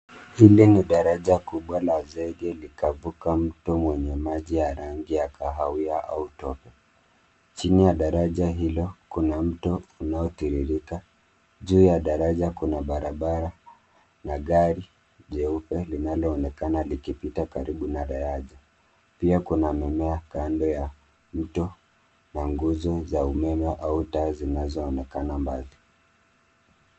Hili ni daraja kubwa la zege likavuka mto wenye maji ya rangi ya kahawia au tope. Chini ya daraja hilo kuna mto unaotiririka. Juu ya daraja kuna barabara na gari jeupe linaloonekana likipita karibu na daraja. Pia kuna mimea kando ya mto wa nguzo za umeme au taa zinazoonekana mbali.